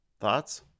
Thoughts